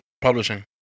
Publishing